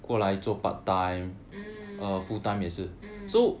mm mm